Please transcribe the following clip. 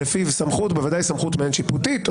שלפיו סמכות בוודאי סמכות מעין שיפוטית או